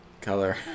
Color